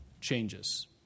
changes